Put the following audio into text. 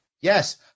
Yes